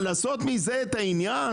אבל לעשות מזה את העניין?